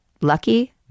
lucky